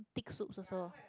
thick soups also